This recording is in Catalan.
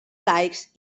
laics